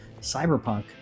Cyberpunk